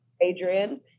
Adrian